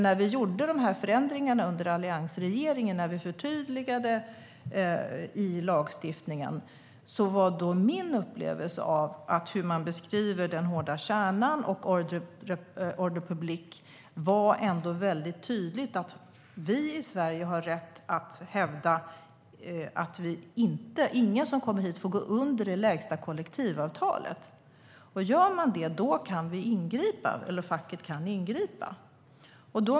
När vi under alliansregeringen gjorde förändringar och förtydligade i lagstiftningen var min upplevelse av hur man beskriver den hårda kärnan och ordre public att vi i Sverige har rätt att hävda att inga som kommer hit får gå under det lägsta kollektivavtalet. Gör man det kan facket ingripa.